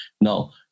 Now